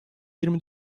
yirmi